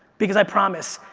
because i promise,